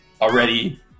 Already